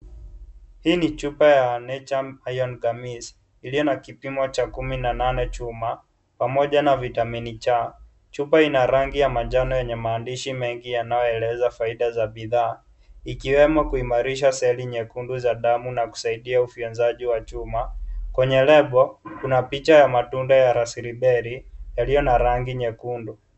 Hii ni chupa ya Nature Made Iron Gummies iliyo na kipimo cha kumi na nane chuma pamoja na Vitamini C. Chupa ina rangi ya manjano yenye maandishi mingi inayoeleza faida za bidhaa ikiwemo kuimarisha seli nyekundu za damu na kusaidia ufyonzaji wa chuma. Kwenye label kuna picha ya matunda ya rasiberi yaliyo na rangi nyekundu.